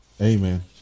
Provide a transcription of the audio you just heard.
Amen